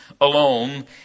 alone